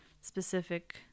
specific